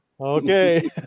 Okay